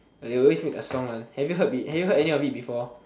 like they always make a song one have you heard have you heard any of it before